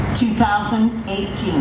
2018